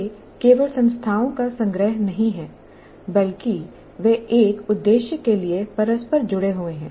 वे केवल संस्थाओं का संग्रह नहीं हैं बल्कि वे एक उद्देश्य के लिए परस्पर जुड़े हुए हैं